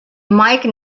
mike